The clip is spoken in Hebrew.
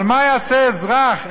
אבל מה יעשה אזרח,